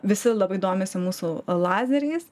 visi labai domisi mūsų lazeriais